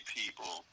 people